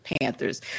Panthers